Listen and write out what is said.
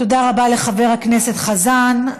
תודה רבה לחבר הכנסת חזן.